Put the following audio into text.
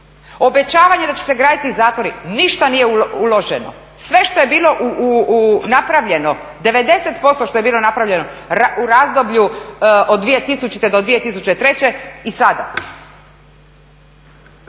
Obećavanje da će se graditi zatvori, ništa nije uloženo. Sve što je bilo napravljeno, 90% što je bilo napravljeno u razdoblju od 2000. do 2003. i sada.